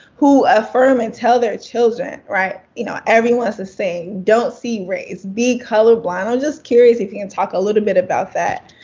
who affirm and tell their children, you know, everyone is the same, don't see race. be color blind. i'm just curious if you can talk a little bit about that,